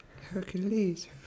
Hercules